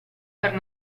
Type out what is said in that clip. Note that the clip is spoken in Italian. per